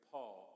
Paul